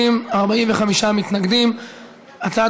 הצעת